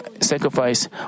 sacrifice